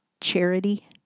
charity